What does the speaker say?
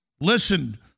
Listen